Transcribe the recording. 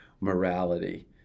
Morality